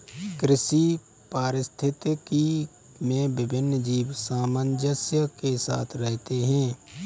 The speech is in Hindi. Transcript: कृषि पारिस्थितिकी में विभिन्न जीव सामंजस्य के साथ रहते हैं